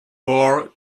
bore